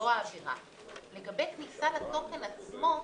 לגבי כניסה לתוכן עצמו,